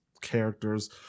characters